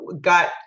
got